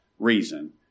reason